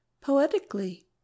poetically